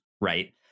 right